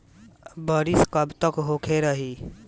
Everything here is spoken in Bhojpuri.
बरिस कबतक होते रही?